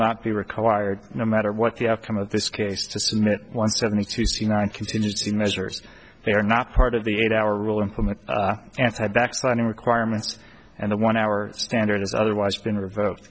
not be required no matter what the outcome of this case to submit one seventy two c nine contingency measures they are not part of the eight hour rule implement and have backsliding requirements and the one hour standard has otherwise been revoked